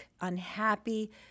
unhappy